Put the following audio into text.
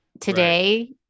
Today